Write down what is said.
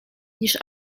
niż